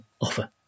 offer